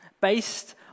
based